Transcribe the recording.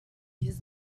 his